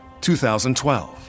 2012